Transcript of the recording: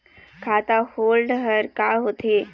खाता होल्ड हर का होथे?